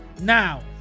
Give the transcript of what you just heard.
Now